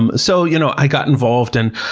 um so, you know, i got involved in